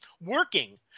working